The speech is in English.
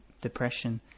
depression